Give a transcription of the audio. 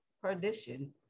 perdition